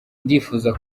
ndifuza